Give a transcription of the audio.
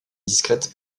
discrète